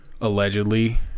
Allegedly